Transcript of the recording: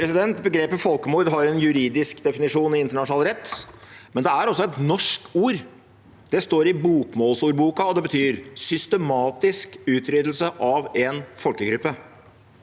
Begrepet «fol- kemord» har en juridisk definisjon i internasjonal rett, men det er også et norsk ord. Det står i Bokmålsordboka, og det betyr «systematisk utryddelse av en folkegruppe».